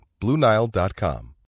BlueNile.com